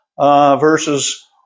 verses